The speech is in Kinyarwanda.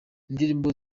indirimbo